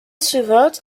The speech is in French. suivante